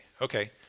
Okay